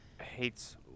Hates